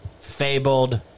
fabled